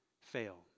fail